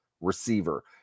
receiver